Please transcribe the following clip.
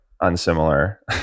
unsimilar